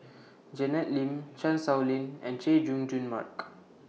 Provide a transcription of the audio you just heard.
Janet Lim Chan Sow Lin and Chay Jung Jun Mark